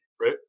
right